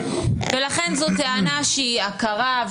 ולכן זו טענה שהיא עקרה.